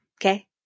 Okay